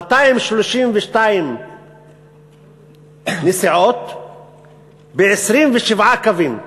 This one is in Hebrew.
232 נסיעות ב-27 קווים.